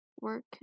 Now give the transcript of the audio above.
work